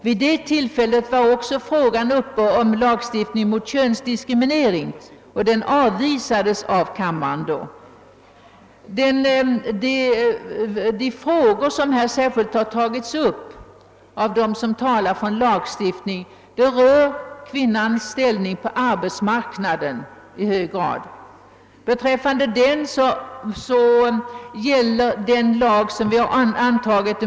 Vid det tillfället var också frågan uppe om lagstiftning mot könsdiskriminering, och den avvisades då av kammaren. De frågor som här särskilt har tagits upp av dem, som talar för en lagstiltning, berör i hög grad kvinnans ställning på arbetsmarknaden; I den lagstiftning som vi antagit.